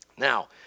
Now